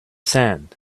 sand